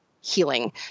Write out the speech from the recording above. healing